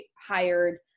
hired